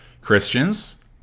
christians